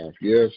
Yes